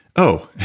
oh,